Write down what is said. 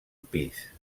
pis